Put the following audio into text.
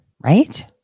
right